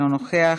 אינו נוכח,